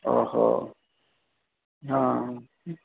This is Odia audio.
ଓହୋ ହଁ